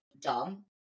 dumb